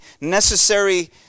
necessary